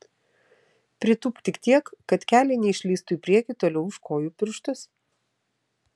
pritūpk tik tiek kad keliai neišlįstų į priekį toliau už kojų pirštus